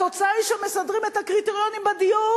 התוצאה היא שמסדרים את הקריטריונים בדיור